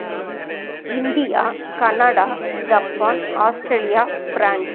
India Canada Japan Australia France